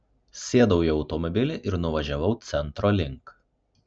sėdau į automobilį ir nuvažiavau centro link